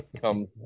come